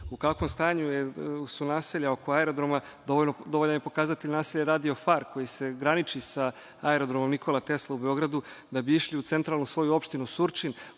kakvom stanju su naselja oko aerodroma, dovoljan je pokazatelj naselje Radio far koje se graniči sa Aerodromom „Nikola Tesla“ u Beogradu, jer da bi išli u centralnu svoju opštinu Surčin